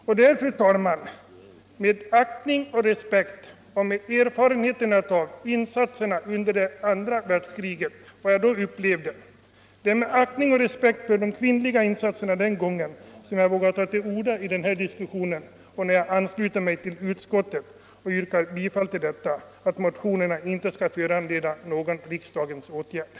Det är mot bakgrund av min aktning och respekt för kvinnornas insatser under andra världskriget som jag vågar ta till orda i denna diskussion. Jag ansluter mig till utskottsmajoritetens ståndpunkt och yrkar bifall till utskottets hemställan om avslag på motionerna.